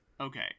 Okay